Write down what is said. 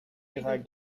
ihrer